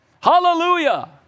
hallelujah